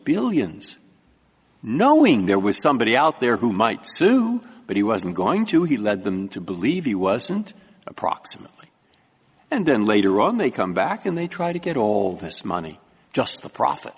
billions knowing there was somebody out there who might sue but he wasn't going to he led them to believe he wasn't a proximal and then later on they come back and they try to get all this money just the profit